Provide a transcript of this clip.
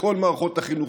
בכל מערכות החינוך,